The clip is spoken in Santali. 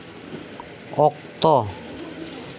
ᱚᱠᱛᱚ